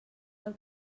del